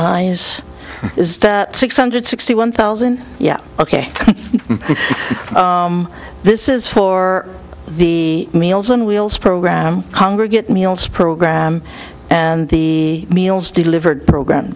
eyes is that six hundred sixty one thousand yeah ok this is for the meals on wheels program congregant meals program and the meals delivered program